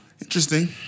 Interesting